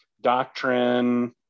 doctrine